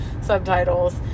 subtitles